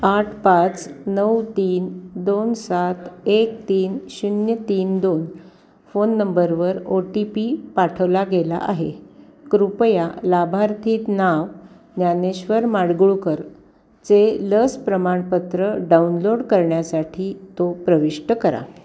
आठ पाच नऊ तीन दोन सात एक तीन शून्य तीन दोन फोन नंबरवर ओ टी पी पाठवला गेला आहे कृपया लाभार्थी नाव ज्ञानेश्वर माडगूळकर चे लस प्रमाणपत्र डाउनलोड करण्यासाठी तो प्रविष्ट करा